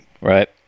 Right